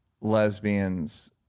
lesbians